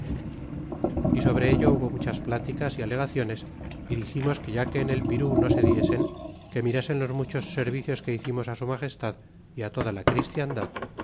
y sobre ello hubo muchas pláticas y alegaciones y diximos que ya que en el pirú no se diesen que mirasen los muchos servicios que hicimos su magestad y toda la cbristiandad